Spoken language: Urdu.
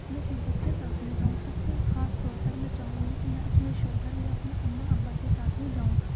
میں اِن سب کے ساتھ میں جاؤں سب سے خاص طور پر میں چاہوں گی کہ میں اپنے شوہر یا اپنے اماں ابا کے ساتھ میں جاؤں